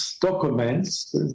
documents